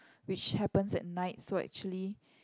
which happens at night so actually